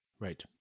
Right